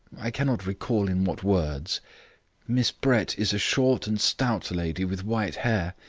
i cannot recall in what words miss brett is a short and stout lady with white hair.